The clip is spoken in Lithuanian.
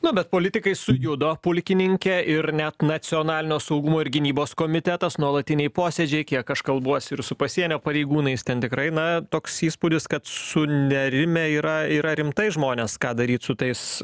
nu bet politikai sujudo pulkininke ir net nacionalinio saugumo ir gynybos komitetas nuolatiniai posėdžiai kiek aš kalbuosi ir u pasienio pareigūnais ten tikrai na toks įspūdis kad sunerimę yra yra rimtai žmonės ką daryt su tais